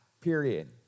period